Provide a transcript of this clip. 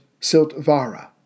Siltvara